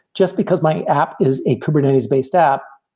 just because my app is a kubernetes-based app,